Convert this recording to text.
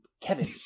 Kevin